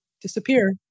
disappear